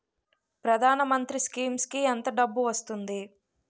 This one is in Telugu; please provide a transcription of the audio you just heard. ప్రధాన మంత్రి స్కీమ్స్ కీ ఎంత డబ్బు వస్తుంది?